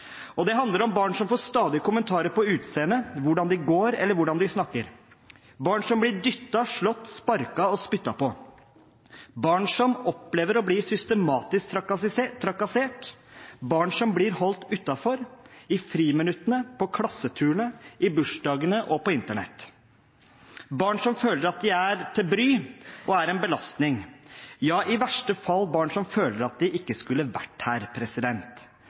Det handler om barn som får stadige kommentarer på utseendet, hvordan de går, eller hvordan de snakker, barn som blir dyttet, slått, sparket og spyttet på, barn som opplever å bli systematisk trakassert, barn som blir holdt utenfor i friminuttene, på klasseturene, i bursdagene og på Internett, barn som føler at de er til bry og er en belastning. Ja, i verste fall handler det om barn som føler at de ikke skulle vært her,